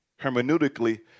hermeneutically